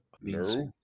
No